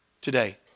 today